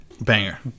Banger